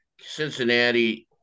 Cincinnati